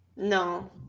no